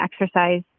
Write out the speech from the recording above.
exercise